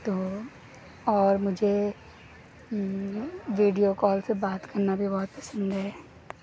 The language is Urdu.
تو اور مجھے ویڈیو کال سے بات کرنا بھی بہت پسند ہے